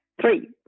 three